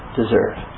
deserve